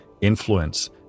influence